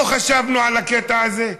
לא חשבנו על הקטע הזה?